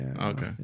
okay